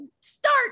start